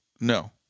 No